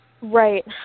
Right